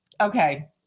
okay